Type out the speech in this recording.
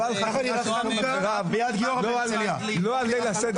לא על חנוכה, לא על ליל הסדר.